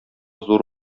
зур